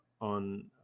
on